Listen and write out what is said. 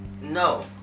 No